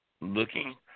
looking